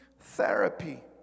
therapy